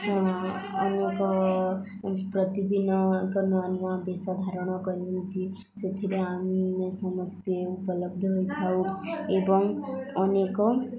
ଅନେକ ପ୍ରତିଦିନ ଏକ ନୂଆ ନୂଆ ବେଶ ଧାରଣ କରନ୍ତି ସେଥିରେ ଆମେେ ସମସ୍ତେ ଉପଲବ୍ଧ ହୋଇଥାଉ ଏବଂ ଅନେକ